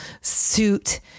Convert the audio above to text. suit